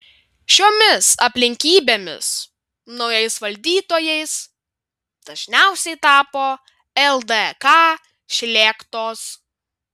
šiomis aplinkybėmis naujais valdytojais dažniausiai tapo ldk šlėktos